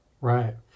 right